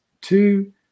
two